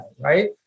right